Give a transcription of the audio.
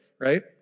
right